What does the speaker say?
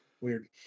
Weird